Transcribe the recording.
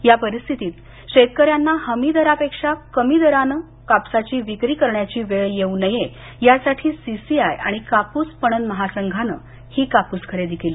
या परिस्थितीत शेतकऱ्यांना हमी दरापेक्षा कमी दराने कापसाची विक्री करण्यांची वेळ येव् नये यासाठी सी सी आय आणि कापूस पणन महासंघानं ही कापूस खरेदी केली